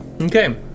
Okay